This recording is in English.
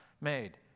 made